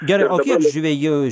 gerai o kiek žvejų